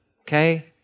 okay